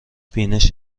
بینش